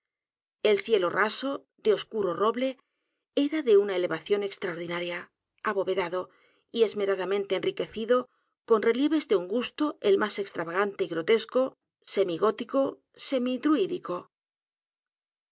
el cielo raso de oscuro roble era de una elevación extraordinaria abovedado y esmeradamente enriquecido con relieves de un gusto el más extravagante y grotesco